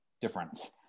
difference